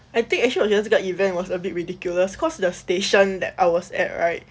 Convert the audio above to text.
I think actually 我觉得这个 event was a bit ridiculous cause the station that I was at right